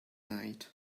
night